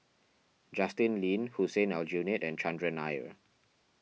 Justin Lean Hussein Aljunied and Chandran Nair